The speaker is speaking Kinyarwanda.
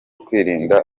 kwirinda